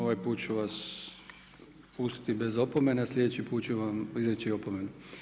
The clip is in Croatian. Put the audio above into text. Ovaj put ću vas pustiti bez opomene a sljedeći put ću vam izreći opomenu.